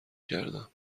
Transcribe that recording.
کردم